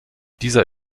dieser